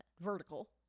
vertical